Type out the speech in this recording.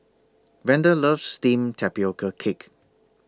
Vander loves Steamed Tapioca Cake